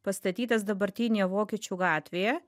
pastatytas dabartinėje vokiečių gatvėje